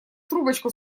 трубочку